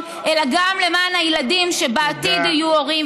אלא גם למען הילדים שבעתיד יהיו הורים,